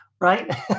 right